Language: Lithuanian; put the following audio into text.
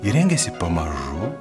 ji rengėsi pamažu